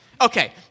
Okay